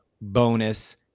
bonus